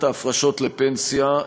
לעניין סוגיית ההפרשות לפנסיה,